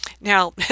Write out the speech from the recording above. Now